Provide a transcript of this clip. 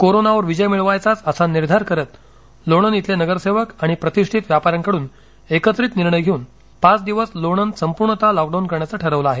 कोरोनावर विजय मिळवायचाच असा निर्धार करीत लोणंद येथील नगरसेवक आणि प्रतिष्ठित व्यापाऱ्यांकडून एकत्रीत निर्णय घेऊन पाच दिवस लोणंद संपूर्णतः लॉकडाऊन करण्याचे ठरवले आहे